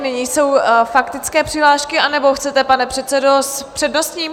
Nyní jsou faktické přihlášky anebo chcete, pane předsedo, s přednostním?